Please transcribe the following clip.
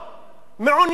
מעוניינים לעבוד.